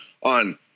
on